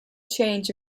change